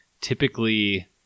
typically